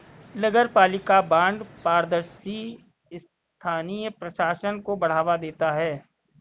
नगरपालिका बॉन्ड पारदर्शी स्थानीय प्रशासन को बढ़ावा देते हैं